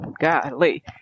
Golly